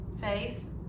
face